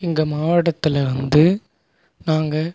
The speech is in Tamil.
எங்கள் மாவட்டத்தில் வந்து நாங்கள்